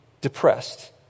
depressed